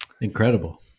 Incredible